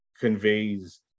conveys